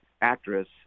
actress